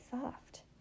soft